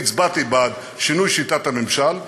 אני הצבעתי בעד שינוי שיטת הממשל,